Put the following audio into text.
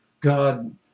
God